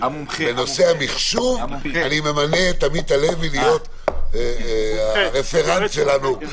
בנושא המחשוב אני ממנה את עמית הלוי להיות הרפרנט שלנו.